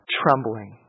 trembling